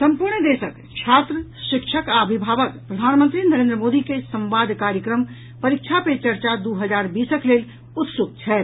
सम्पूर्ण देशक छात्र शिक्षक आ अभिभावक प्रधानमंत्री नरेन्द्र मोदी के संवाद कार्यक्रम परीक्षा पे चर्चा दू हजार बीसक लेल उत्सुक छथि